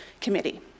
Committee